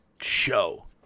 show